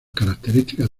características